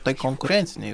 tai konkurencinei